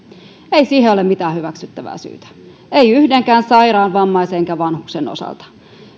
ei siihen ole mitään hyväksyttävää syytä ei yhdenkään sairaan vammaisen eikä vanhuksen osalta